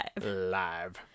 Live